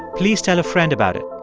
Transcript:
please tell a friend about it.